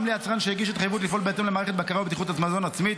גם ליצרן שהגיש התחייבות לפעול בהתאם למערכת בקרה ובטיחות מזון עצמית,